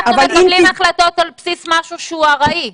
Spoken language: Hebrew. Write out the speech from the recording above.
אנחנו מקבלים החלטות על בסיס משהו שהוא ארעי.